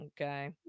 Okay